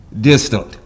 distant